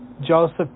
Joseph